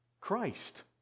Christ